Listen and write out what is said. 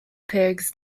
pigs